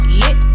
lit